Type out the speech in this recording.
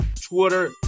Twitter